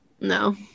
No